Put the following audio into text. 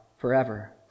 forever